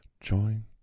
join